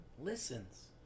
listens